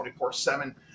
24-7